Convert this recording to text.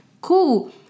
cool